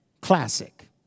Classic